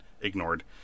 ignored